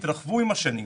התרחבו עם השנים.